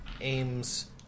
aims